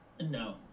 No